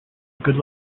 good